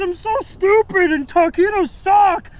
um so stupid and taquitos suck!